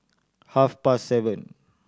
half past seven